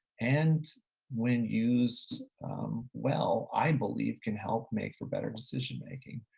and when used well, i believe can help make for better decision making.